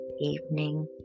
evening